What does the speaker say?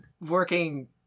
working